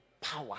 power